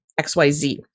XYZ